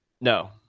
No